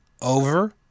over